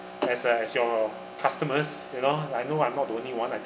as a as your customers you know I know I'm not the only one I think